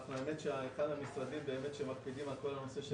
אנחנו אחד המשרדים שמקפידים על כל הנושא.